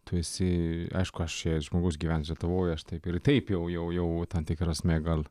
tu esi aišku aš čia žmogus gyvenęs lietuvoje aš ir taip ir taip jau jau tam tikra prasme gal